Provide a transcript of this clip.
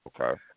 Okay